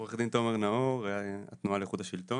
אני עו"ד מהתנועה לאיכות השלטון.